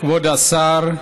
כבוד השר,